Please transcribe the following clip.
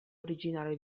originari